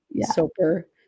super